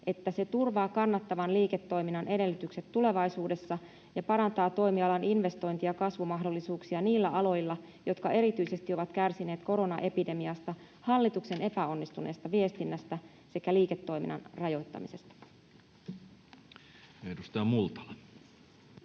että se turvaa kannattavan liiketoiminnan edellytykset tulevaisuudessa ja parantaa toimialan investointi- ja kasvumahdollisuuksia niillä aloilla, jotka erityisesti ovat kärsineet koronaepidemiasta, hallituksen epäonnistuneesta viestinnästä sekä liiketoiminnan rajoittamisesta.” [Speech